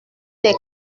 des